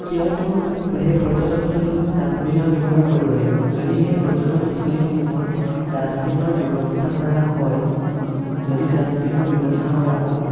কিয়নো সেই পৰ্যটনস্থলীসমূহত ডাষ্টবিনৰ ব্যৱহাৰ কৰিব লাগিব যদি সেই পৰ্যটনস্থলীসমূহত ডাষ্টবিনৰ ব্যৱস্থা কৰা হয় যদি ডাষ্টবিনৰ ব্যৱস্থা কৰা হয়